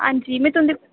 हांजी में तुंदे